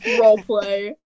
Role-play